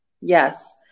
Yes